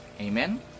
Amen